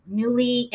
newly